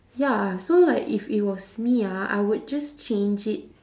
ya so like if it was me ah I would just change it